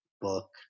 book